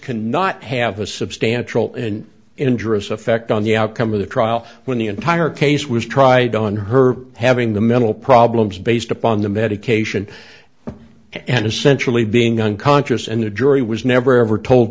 cannot have a substantial and injuries effect on the outcome of the trial when the entire case was tried on her having the mental problems based upon the medication and essentially being unconscious and the jury was never ever told